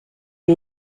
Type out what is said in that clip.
est